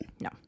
No